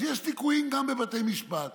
אז יש ליקויים גם בבתי משפט.